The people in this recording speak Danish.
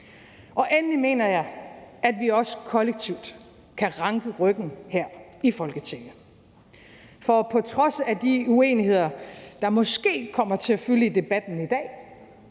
Endelig mener jeg, at vi også kollektivt kan ranke ryggen her i Folketinget. For på trods af de uenigheder, der måske kommer til at fylde i debatten i dag